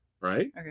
Right